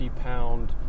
pound